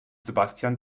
sebastian